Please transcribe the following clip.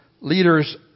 leaders